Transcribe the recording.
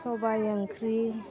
सबाइ ओंख्रि